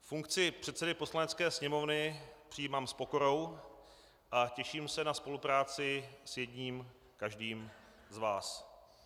Funkci předsedy Poslanecké sněmovny přijímám s pokorou a těším se na spolupráci s jedním každým z vás.